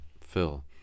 Phil